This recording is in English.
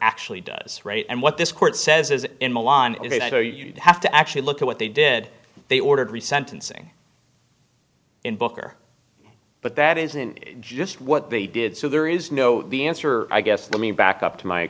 actually does right and what this court says is in milan they don't know you have to actually look at what they did they ordered re sentencing in booker but that isn't just what they did so there is no the answer i guess the me back up to my